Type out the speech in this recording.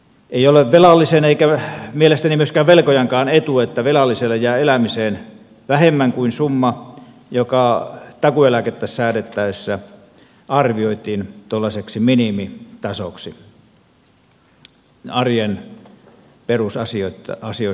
ei ole velallisen eikä mielestäni myöskään velkojankaan etu että velalliselle jää elämiseen vähemmän kuin summa joka takuueläkettä säädettäessä arvioitiin tuollaiseksi minimitasoksi arjen perusasioista selviämiseen